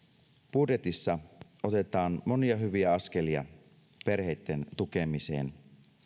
budjetissa otetaan monia hyviä askelia perheitten tukemiseen